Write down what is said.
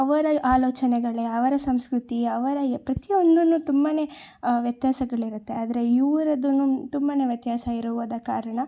ಅವರ ಆಲೋಚನೆಗಳೇ ಅವರ ಸಂಸ್ಕೃತಿ ಅವರ ಎ ಪ್ರತಿಯೊಂದನ್ನೂ ತುಂಬ ವ್ಯತ್ಯಾಸಗಳಿರುತ್ತೆ ಆದರೆ ಇವ್ರದ್ದೂ ತುಂಬ ವ್ಯತ್ಯಾಸ ಇರುವ ಕಾರಣ